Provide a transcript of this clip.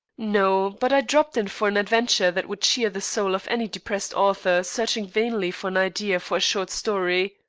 no, but i dropped in for an adventure that would cheer the soul of any depressed author searching vainly for an idea for a short story.